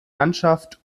landschaft